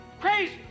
Crazy